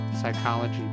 psychology